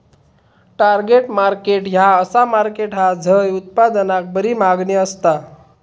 target market ह्या असा market हा झय उत्पादनाक बरी मागणी असता